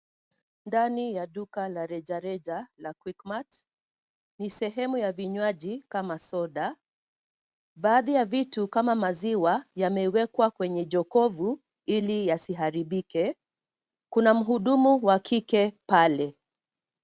Ndani ya duka la rejareja la QuickMart, ni sehemu ya vinywaji kama soda. Baadhi ya vitu kama maziwa, yamewekwa kwenye jokofu ili yasiharibike. Kuna mhudumu wa kike pale.